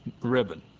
ribbon